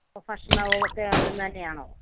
ഭക്ഷണം ഒക്കെ അവിടുന്ന് തന്നെയാണോ